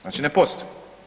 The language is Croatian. Znači ne postoji.